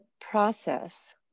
process